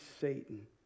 Satan